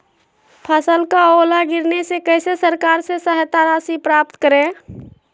फसल का ओला गिरने से कैसे सरकार से सहायता राशि प्राप्त करें?